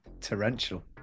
torrential